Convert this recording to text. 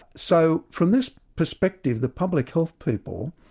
so from this perspective the public health people,